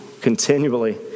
continually